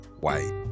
white